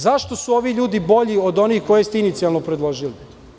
Zašto su ovi ljudi bolji od onih koji ste inicijalno predložili?